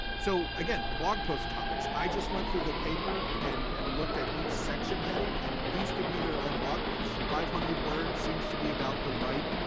so again, blog post topics. i just went through the paper and and looked at each section heading, and these could be their own blog posts. five hundred words seems to be about the right